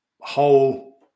whole